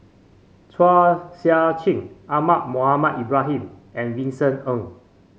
Chua Sian Chin Ahmad Mohamed Ibrahim and Vincent Ng